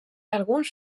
alguns